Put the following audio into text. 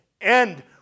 end